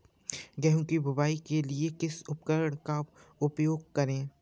गेहूँ की बुवाई के लिए किस उपकरण का उपयोग करें?